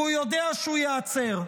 כי הוא יודע שהוא ייעצר.